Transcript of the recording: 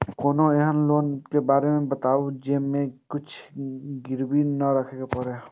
कोनो एहन लोन के बारे मे बताबु जे मे किछ गीरबी नय राखे परे?